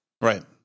Right